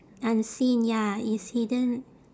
unseen ya it's hidden